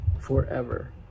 forever